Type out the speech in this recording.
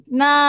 na